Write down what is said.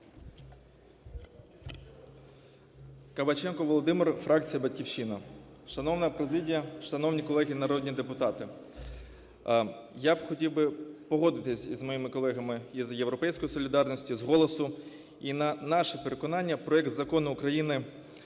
Кабаченко Володимир, фракція "Батьківщина". Шановна президія, шановні колеги народні депутати, я б хотів би погодитися із моїми колегами із "Європейської солідарності", з "Голосу". І, на наше переконання, проект Закону України